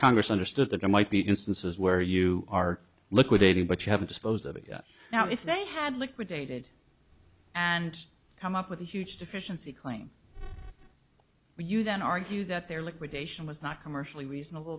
congress understood that there might be instances where you are liquidating but you haven't disposed of it now if they had liquidated and come up with a huge deficiency claim but you then argue that they're liquidation was not commercially reasonable